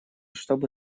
чтобы